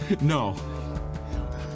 No